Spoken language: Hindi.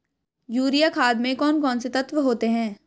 यूरिया खाद में कौन कौन से तत्व होते हैं?